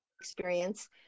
experience